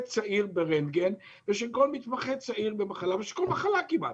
צעיר ברנטגן ושל כל מתמחה צעיר של כל מחלה כמעט.